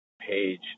page